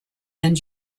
and